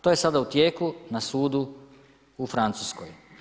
To je sada u tijeku, na sudu u Francuskoj.